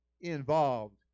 involved